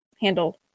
handle